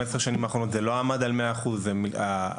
15 שנים האחרונות זה לא עמד על 100%. האחוז